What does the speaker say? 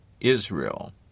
Israel